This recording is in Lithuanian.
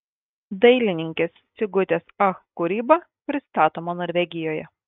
dailininkės sigutės ach kūryba pristatoma norvegijoje